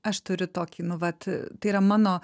aš turiu tokį nu vat tai yra mano